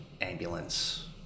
ambulance